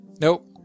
Nope